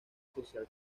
social